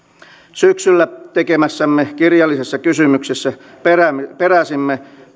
syksyllä tekemässämme kirjallisessa kysymyksessä peräsimme